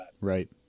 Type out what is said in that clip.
Right